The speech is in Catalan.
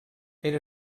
era